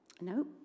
No